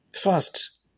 First